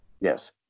Yes